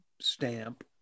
stamp